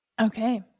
Okay